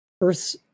Earth